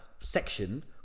section